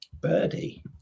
birdie